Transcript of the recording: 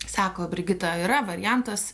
sako brigita yra variantas